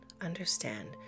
understand